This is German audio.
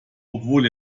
obwohl